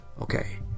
okay